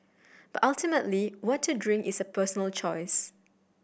but ultimately what to drink is a personal choice